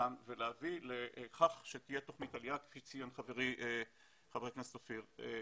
לכאן ולהביא לכך שתהיה תוכנית עלייה כפי שציין חברי חבר הכנסת אופיר כץ.